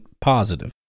positive